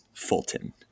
Fulton